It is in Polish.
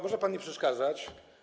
Może pan nie przeszkadzać?